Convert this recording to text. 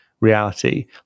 reality